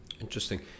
Interesting